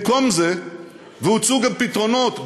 והוצעו גם פתרונות,